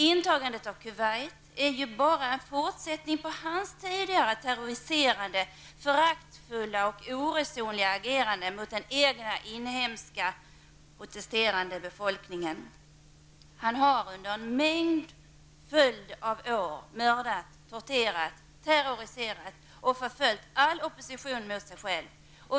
Intagandet av Kuwait är bara en fortsättning på hans tidigare terroriserande, föraktfulla och oresonliga agerande mot den inhemska, protesterande befolkningen. Han har under en lång följd av år mördat, torterat, terroriserat och förföljt all opposition mot sig själv.